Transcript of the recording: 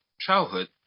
childhood